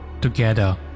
together